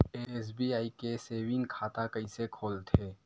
SBI के saving खाता कइसे खोलथे?